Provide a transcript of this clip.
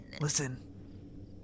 Listen